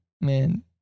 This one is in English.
man